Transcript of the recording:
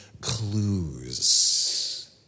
clues